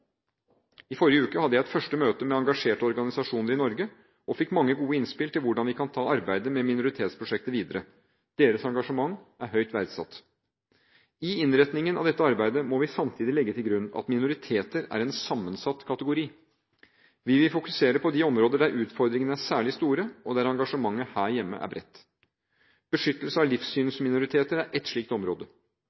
I forrige uke hadde jeg et første møte med engasjerte organisasjoner i Norge og fikk mange gode innspill til hvordan vi kan ta arbeidet med minoritetsprosjektet videre. Deres engasjement er høyt verdsatt. I innretningen av dette arbeidet må vi samtidig legge til grunn at minoriteter er en sammensatt kategori. Vi vil fokusere på de områder der utfordringene er særlig store, og der engasjementet her hjemme er bredt. Beskyttelse av livssynsminoriteter er ett slikt område.